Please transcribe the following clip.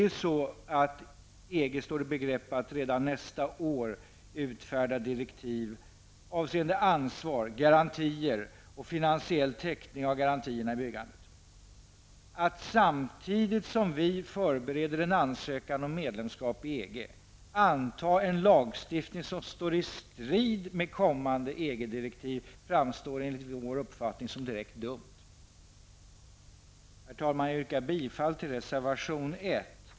EG står nämligen i begrepp att redan nästa år utfärda direktiv avseende ansvar, garantier och finansiell täckning av garantierna i byggande. Att samtidigt som vi förbereder en ansökan om medlemskap i EG antaga en lagstiftning som står i strid med de kommande EG-direktiven framstår enligt vår uppfattning som direkt dumt. Herr talman! Jag yrkar bifall till reservation 1.